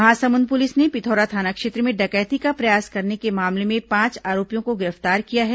Mahasamund police ने पिथौरा थाना क्षेत्र में डकैती का प्रयास करने के मामले में पांच आरोपियों को गिरफ्तार किया है